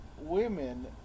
women